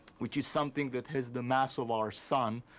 which is something that has the mass of our sun,